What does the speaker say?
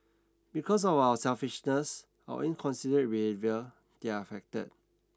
because of our selfishness our inconsiderate behaviour they're affected